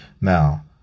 Now